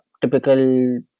typical